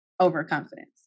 overconfidence